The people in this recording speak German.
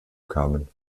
kamen